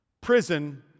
Prison